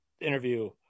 interview